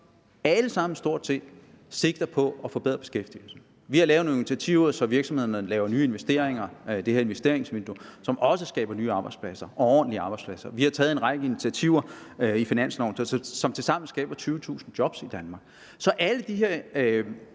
alle sammen stort set sigter på at forbedre beskæftigelsen. Vi har lavet nogle initiativer, så virksomhederne laver nye investeringer i det her investeringsvindue, som også skaber nye arbejdspladser, ordentlige arbejdspladser. Vi har taget en række initiativer i finansloven, som tilsammen skaber 20.000 job i Danmark. Så alle de her